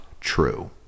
true